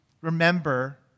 remember